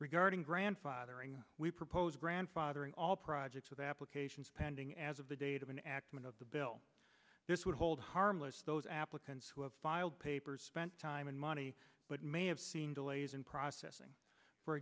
regarding grandfathering we propose grandfathering all projects with applications pending as of the date of an accident of the bill this would hold harmless those applicants who have filed papers spent time and money but may have seen delays in processing for